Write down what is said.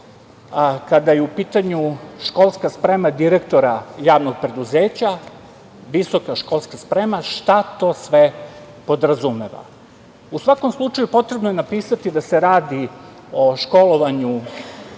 kada je u pitanju školska sprema direktora javnog preduzeća visoka školska sprema šta to sve podrazumeva.U svakom slučaju, potrebno je da napisati da se radi o školovanju